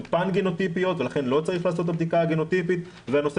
פאן- גנוטיפיות ולכן לא צריך לעשות את הבדיקה הגנוטיפית והנושא